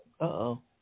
Uh-oh